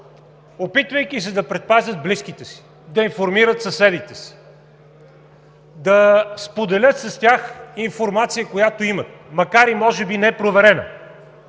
опитвайки се да предпазят близките си, да информират съседите си, да споделят с тях информация, която имат, макар и може би непроверена,